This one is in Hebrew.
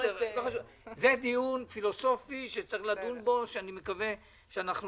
זה דיון פילוסופי שצריך לדון בו ואני מקווה שאנחנו